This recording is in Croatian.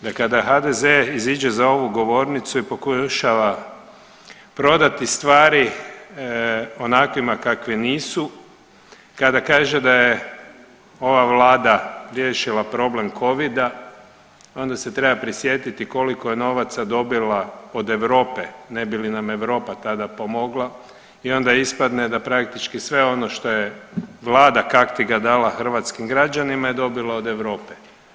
Da kada HDZ iziđe za ovu govornicu i pokušava prodati stvari onakvima kakvi nisu, kada kaže da je ova vlada riješila problem covida, onda se treba prisjetiti koliko je novaca dobila od Europe ne bi li nam Europa tada pomogla i onda ispadne da praktički sve ono što je vlada kaktiga dala hrvatskim građanima je dobila od Europe.